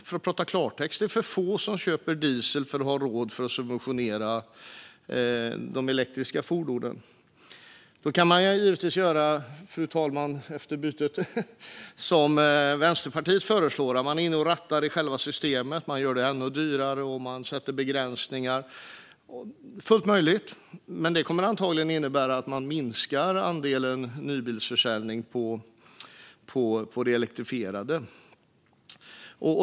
För att prata klartext är det för få som köper dieselfordon för att vi ska ha råd att subventionera de elektriska fordonen. Fru talman! Man kan givetvis göra som Vänsterpartiet föreslår. Man går in och rattar i själva systemet, gör det ännu dyrare, och man sätter begränsningar. Det är fullt möjligt. Men det kommer antagligen innebära att man minskar andelen nybilsförsäljning för de elektrifierade.